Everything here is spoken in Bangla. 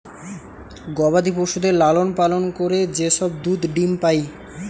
গবাদি পশুদের লালন পালন করে যে সব দুধ ডিম্ পাই